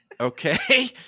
Okay